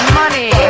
money